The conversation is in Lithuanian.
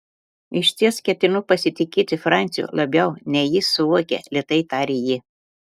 išties ketinu pasitikėti franciu labiau nei jis suvokia lėtai tarė ji